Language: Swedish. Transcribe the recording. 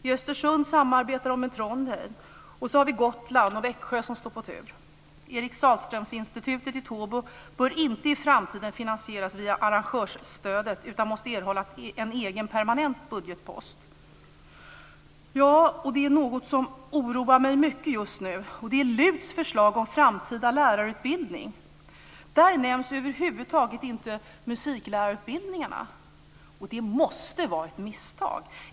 I Östersund samarbetar man med Trondheim. Och så har vi Gotland och Växjö som står på tur. Eric Sahlströminstitutet i Tobo bör inte i framtiden finansieras via arrangörsstöd utan måste erhålla en egen permanent budgetpost. Något som oroar mig mycket just nu är LUT:s förslag om en framtida lärarutbildning. Där nämns över huvud taget inte musiklärarutbildningarna, och det måste vara ett misstag.